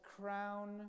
crown